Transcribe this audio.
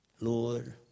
Lord